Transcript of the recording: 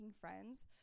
friends